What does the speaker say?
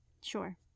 sure